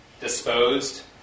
disposed